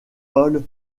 paul